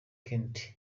kandt